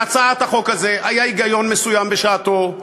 להצעת החוק הזאת היה היגיון מסוים בשעתו,